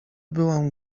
byłam